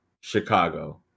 Chicago